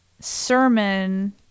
sermon